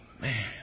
man